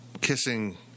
kissing